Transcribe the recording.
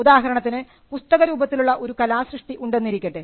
ഉദാഹരണത്തിന് പുസ്തകരൂപത്തിലുള്ള ഒരു കലാസൃഷ്ടി ഉണ്ടെന്നിരിക്കട്ടെ